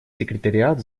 секретариат